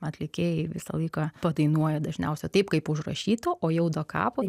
atlikėjai visą laiką padainuoja dažniausia taip kaip užrašyta o jau da kapo